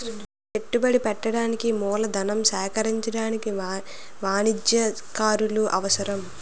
పెట్టుబడి పెట్టడానికి మూలధనం సేకరించడానికి వాణిజ్యకారులు అవసరం